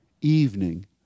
evening